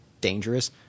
dangerous